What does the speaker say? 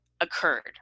occurred